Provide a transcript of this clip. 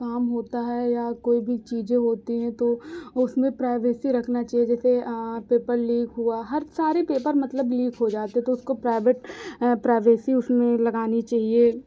काम होता है या कोई भी चीज़ें होती हैं तो उसमें प्राइवेसी रखना चाहिए जैसे पेपर लीक हुआ हर सारे पेपर मतलब लीक हो जाते तो उसको प्राइवेट प्राइवेसी उसमें लगानी चाहिए